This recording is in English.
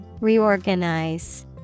Reorganize